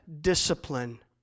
discipline